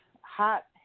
Hot